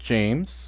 James